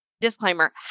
disclaimer